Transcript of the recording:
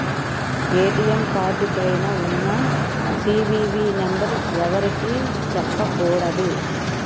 ATM card పైన ఉన్న CVV number ఎవరికీ చెప్పకూడదు